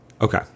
Okay